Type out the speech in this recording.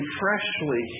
freshly